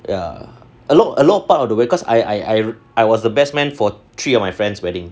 ya a lot a lot of part of the way cause I I I was the best man for three of my friends wedding